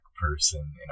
person